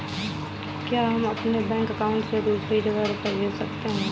क्या हम अपने बैंक अकाउंट से दूसरी जगह रुपये भेज सकते हैं?